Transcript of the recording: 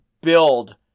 build